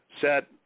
set